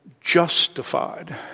justified